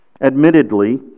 Admittedly